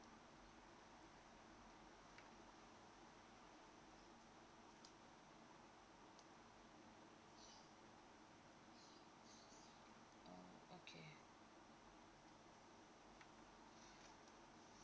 okay